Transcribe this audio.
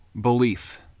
Belief